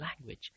language